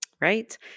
Right